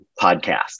podcast